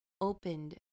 opened